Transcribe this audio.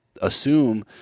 assume